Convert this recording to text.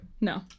No